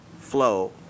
flow